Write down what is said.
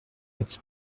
its